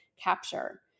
capture